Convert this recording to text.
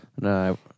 No